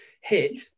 hit